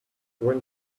when